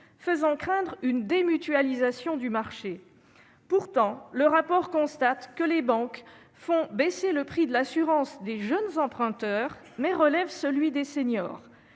faisant craindre une démutualisation du marché. Pourtant, les banques baissent le prix de l'assurance des jeunes emprunteurs, mais relèvent celui des seniors